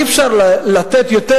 אי-אפשר לתת יותר